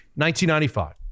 1995